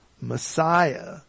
Messiah